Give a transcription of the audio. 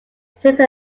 since